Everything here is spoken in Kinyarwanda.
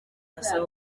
asaba